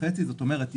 וחצי זאת אומרת,